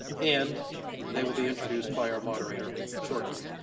and they will be introduced by our moderator shortly.